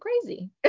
crazy